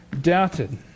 doubted